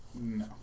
No